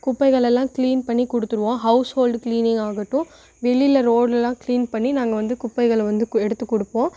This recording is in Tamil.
குப்பைகளை எல்லாம் கிளீன் பண்ணி கொடுத்துடுவோம் ஹௌஸ்ஓல்டு கிளீனிங் ஆகட்டும் வெளியில ரோட்லலாம் கிளீன் பண்ணி நாங்கள் வந்து குப்பைகளை வந்து கு எடுத்துக் கொடுப்போம்